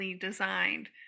designed